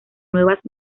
nuevas